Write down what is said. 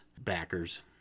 backers